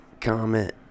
comment